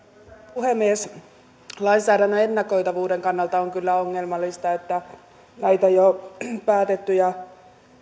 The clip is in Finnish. puhemies lainsäädännön ennakoitavuuden kannalta on kyllä ongelmallista että näitä jo päätettyjä